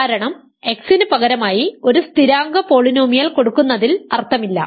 കാരണം x ന് പകരമായി ഒരു സ്ഥിരാങ്ക പോളിനോമിയൽ കൊടുക്കുന്നതിൽ അർത്ഥമില്ല